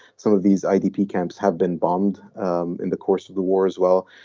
some of these idp camps have been bombed um in the course of the war as well.